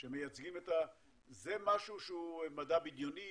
זה משהו שהוא מדע בדיוני?